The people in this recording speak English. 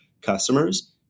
customers